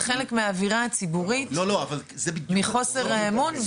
זה חלק מהאווירה הציבורית מחוסר האמון.